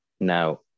Now